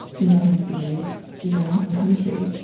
in their home cities, in their home country.